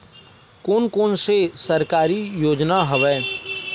कोन कोन से सरकारी योजना हवय?